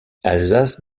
alsace